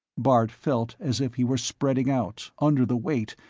bart felt as if he were spreading out, under the weight,